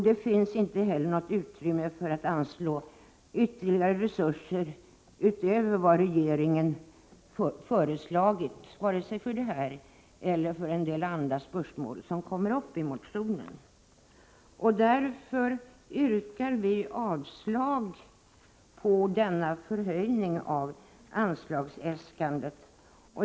Det finns inte heller något utrymme för att anslå ytterligare resurser utöver vad regeringen föreslagit, vare sig för det här ändamålet eller för en del andra spörsmål som kommer upp i motionen. Därför yrkar vi avslag på denna förhöjning av anslagsäskandet.